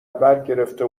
برگرفته